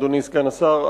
אדוני סגן השר.